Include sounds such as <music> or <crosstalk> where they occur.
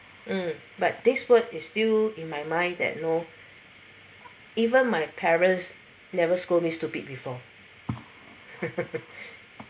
mm but this word is still in my mind that you know even my parents never scold me stupid before <laughs>